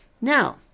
Now